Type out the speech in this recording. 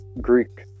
Greek